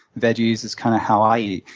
veggies is kind of how i eat,